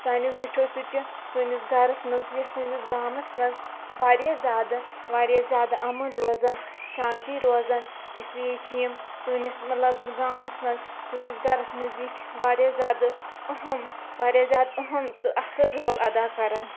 سانیو زِٹھیو سۭتۍ چھِ سٲنِس گَرَس منٛز یا سٲنِس گامَس منٛز واریاہ زیادٕ واریاہ زیادٕ اَمُن روزَن شانتی روزان اِسلیے چھِ یِم سٲنِس مطلب گامَس منٛز سٲنِس گَرَس منٛز زِٹھۍ واریاہ زیادٕ اہم واریاہ زیادٕ اہم تہٕ اَصٕل رول اَدا کَران